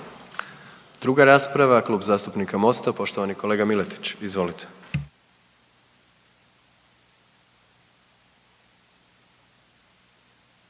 Druga rasprava Klub zastupnika Mosta poštovani kolega Miletić, izvolite.